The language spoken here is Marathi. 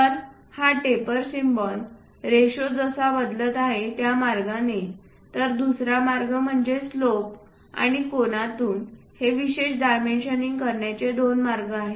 तर हा टेपर सिम्बॉल रेशो जसा बदलत आहे त्या एका मार्गाने तर दुसरा मार्ग म्हणजे स्लोप आणि कोनातून हे विशेष डायमेन्शनिंग करण्याचे दोन मार्ग आहेत